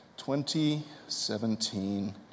2017